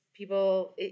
People